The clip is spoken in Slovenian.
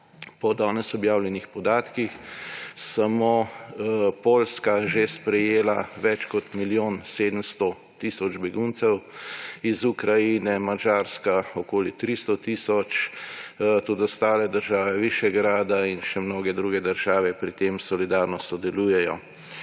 Po danes objavljenih podatkih je samo Poljska sprejela že več kot milijon 700 tisoč beguncev iz Ukrajine, Madžarska okoli 300 tisoč, tudi ostale države Višegrada in še mnoge druge države pri tem solidarno sodelujejo.